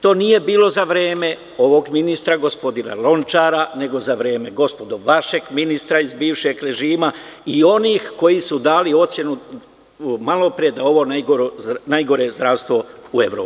To nije bilo za vreme ovog ministra, gospodina Lončara, nego za vreme, gospodo, vašeg ministra iz bivšeg režima i onih koji su dali ocenu malopre da je ovo najgore zdravstvo u Evropi.